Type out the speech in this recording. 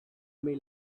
may